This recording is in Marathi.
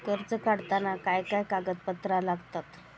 कर्ज काढताना काय काय कागदपत्रा लागतत?